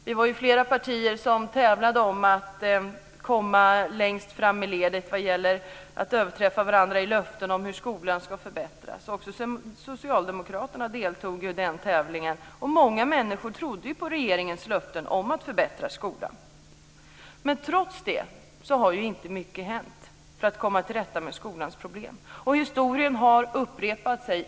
Vi var flera partier som tävlade om att överträffa varandra i löften om hur skolan ska förbättras. Också Socialdemokraterna deltog i den tävlingen. Många människor trodde på regeringens löften om att förbättra skolan. Men trots det har inte mycket hänt för att komma till rätta med skolans problem. Och historien har upprepat sig.